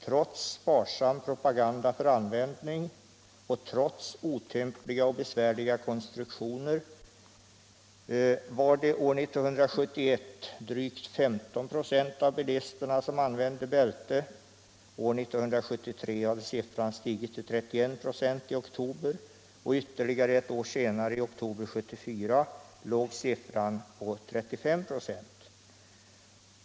Trots sparsam propaganda för användning och trots otympliga och besvärliga konstruktioner var det år 1971 drygt 15 96 av bilisterna som använde bälte. År 1973 hade siffran stigit till 31 96 i oktober, och ytterligare ett år senare = i oktober 1974 — låg siffran på 35 96.